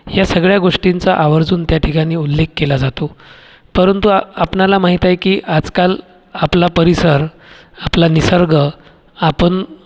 ह्या सगळ्या गोष्टींचा आवर्जून त्या ठिकाणी उल्लेख केला जातो परंतु आपणाला माहीत आहे की आजकाल आपला परिसर आपला निसर्ग आपण